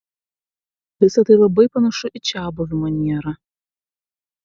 visa tai labai panašu į čiabuvių manierą